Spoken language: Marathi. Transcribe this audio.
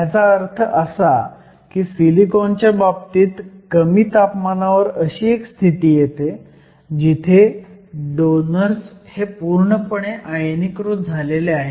ह्याचा अर्थ असा की सिलिकॉनच्या बाबतीत कमी तापमानावर अशी एक स्थिती येते जिथे डोनर्स हे पूर्णपणे आयनीकृत झालेले आहेत